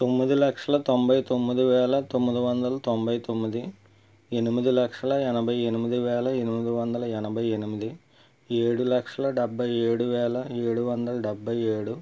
తొమ్మిది లక్షల తొంభై తొమ్మిది వేల తొమ్మిది వందల తొంభై తొమ్మిది ఎనిమిది లక్షల ఎనభై ఎనిమిది వేల ఎనిమిది వందల ఎనభై ఎనిమిది ఏడు లక్షల డెబ్భై ఏడు వేల ఏడు వందల డెబ్భై ఏడు